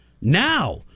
now